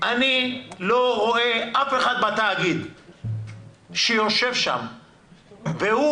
אבל אני לא רואה אף אחד בתאגיד שיושב שם והוא